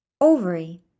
Ovary